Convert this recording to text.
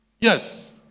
Yes